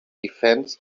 defense